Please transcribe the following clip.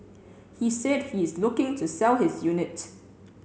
he said he is looking to sell his unit